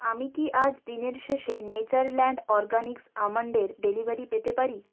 আমি কি আজ দিনের শেষে নেচারল্যান্ড অরগানিক্স আমন্ডের ডেলিভারি পেতে পারি